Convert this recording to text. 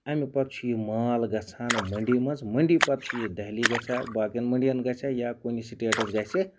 امہِ پَتہٕ چھُ یہِ مال گَژھان منڈی مَنٛز منڈی پَتہٕ چھُ یہِ دہلی گَژھان باقیَن مَنڈِیَن گَژھِ یا کُنہِ سٹیٹَس گَژھِ